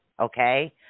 Okay